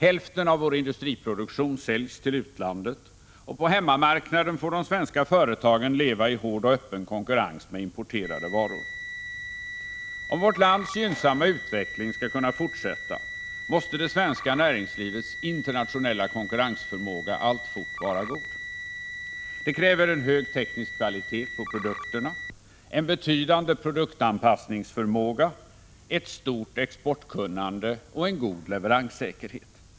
Hälften av vår industriproduktion säljs till utlandet, och på hemmamarknaden får de svenska företagen leva i hård och öppen konkurrens med importerade varor. Om vårt lands gynnsamma utveckling skall kunna fortsätta, måste det svenska näringslivets internationella konkurrensförmåga alltfort vara god. Det kräver en hög teknisk kvalitet på produkterna, en betydande produktanpassningsförmåga, ett stort exportkunnande och en god leveranssäkerhet.